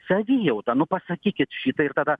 savijauta nu pasakykit šitą ir tada